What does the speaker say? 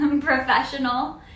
professional